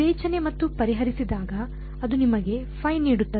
ವಿವೇಚನೆ ಮತ್ತು ಪರಿಹರಿಸಿದಾಗ ಅದು ನಿಮಗೆ ϕ ನೀಡುತ್ತದೆ